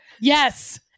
yes